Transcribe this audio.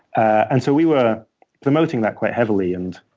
and so we were promoting that quite heavily. and